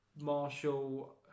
Marshall